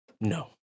No